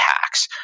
hacks